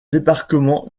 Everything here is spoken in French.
débarquement